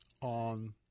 on